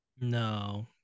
No